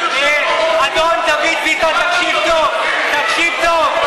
אדון דוד ביטן, תקשיב טוב, תקשיב טוב.